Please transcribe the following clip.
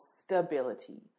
stability